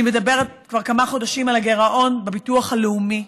אני מדברת כבר כמה חודשים על הגירעון בביטוח הלאומי.